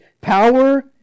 power